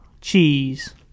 cheese